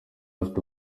afite